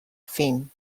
فین